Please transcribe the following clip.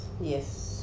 Yes